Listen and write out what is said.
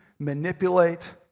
Manipulate